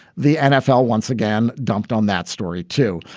the nfl once again dumped on that story, too.